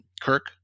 Kirk